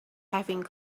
having